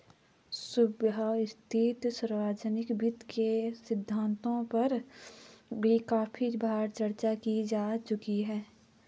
सुव्यवस्थित सार्वजनिक वित्त के सिद्धांतों पर भी काफी बार चर्चा की जा चुकी है